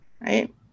right